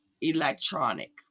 electronic